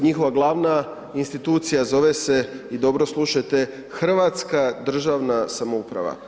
Njihova glavna institucija zove se i dobro slušajte Hrvatska državna samouprava.